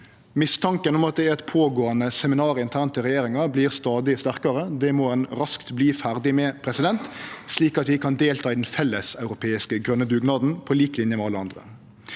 Mistanken om at det er eit pågåande seminar internt i regjeringa, vert stadig sterkare. Det må ein raskt verta ferdig med, slik at vi kan delta i den felleseuropeiske grøne dugnaden på lik linje med alle andre.